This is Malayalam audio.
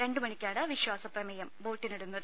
രണ്ടു മണി ക്കാണ് വിശ്വാസപ്രമേയം വോട്ടിനിടുന്നത്